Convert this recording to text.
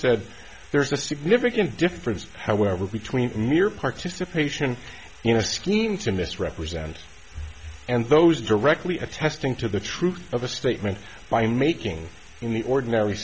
said there is a significant difference however between mere participation in a scheme to misrepresent and those directly attesting to the truth of a statement by making in the ordinary